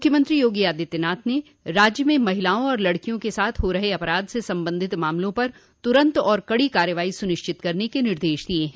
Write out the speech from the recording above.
मुख्यमंत्री योगी आदित्यनाथ ने राज्य में महिलाओं और लडकियों के साथ हो रहे अपराध से संबंधित मामलों पर तुरन्त और कडो कार्रवाई सुनिश्चित करने के निर्देश दिये हैं